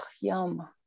yum